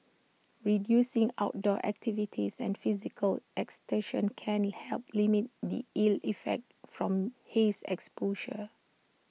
reducing outdoor activities and physical exertion can help limit the ill effects from haze exposure